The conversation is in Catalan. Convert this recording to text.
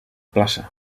plaça